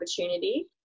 opportunity